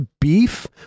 beef